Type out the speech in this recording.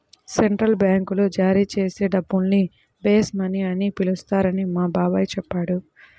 central బ్యాంకులు జారీ చేసే డబ్బుల్ని బేస్ మనీ అని పిలుస్తారని మా బాబాయి చెప్పాడు